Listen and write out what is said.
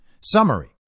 Summary